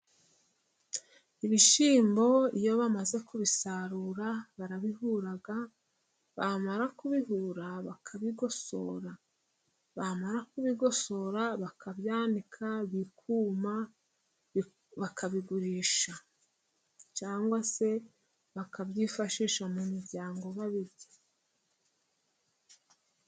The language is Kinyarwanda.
Ibishyimbo iyo bamaze kubisarura barabihuraga, bamara kubihura bakabigosora, bamara kubigosora bakabyanika bikuma bakabigurisha, cyangwa se bakabyifashisha mu miryango babirya.